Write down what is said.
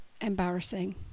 embarrassing